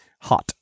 Hot